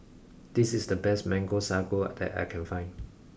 this is the best mango Sago that I can find